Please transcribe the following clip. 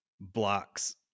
blocks